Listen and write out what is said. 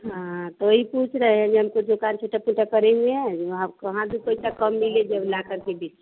हाँ तो वही पूछ रहे या हम कोई दुकान छोटा पूटा करेंगे वहाँ वहाँ भी पैसा कम मिले जब लाकर के बेची